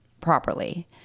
properly